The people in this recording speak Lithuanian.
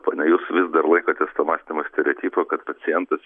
ponia jūs vis dar laikotės to mąstymo stereotipo kad pacientas